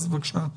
בבקשה.